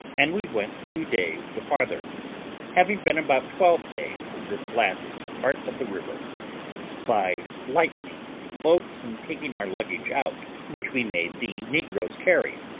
and we went two days the farther having been about twelve days in this last part of the river by lightening the boats and taking our luggage out, which we made the negroes carry,